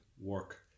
work